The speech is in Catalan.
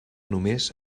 només